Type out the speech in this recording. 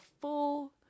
full